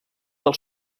del